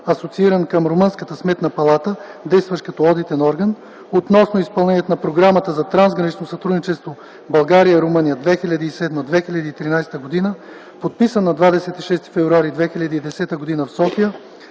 (асоцииран към румънската Сметна палата), действащ като Одитен орган, относно изпълнението на Програмата за трансгранично сътрудничество България – Румъния 2007-2013 г., подписан на 26 февруари 2010 г. в София.”